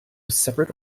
separate